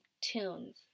tunes